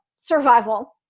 survival